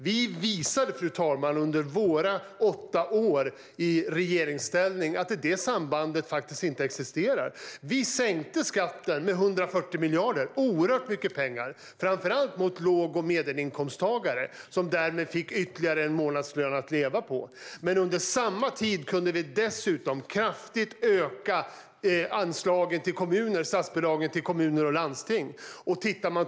Vi visade, fru talman, under våra åtta år i regeringsställning att det sambandet faktiskt inte existerar. Vi sänkte skatten med 140 miljarder, oerhört mycket pengar, framför allt för låg och medelinkomsttagare, som därmed fick ytterligare en månadslön att leva på. Under samma tid kunde vi dessutom kraftigt öka statsbidragen till kommuner och landsting.